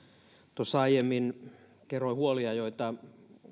tuossa aiemmin kerroin huolia joita